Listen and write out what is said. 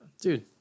Dude